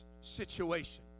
situation